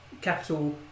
capital